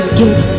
get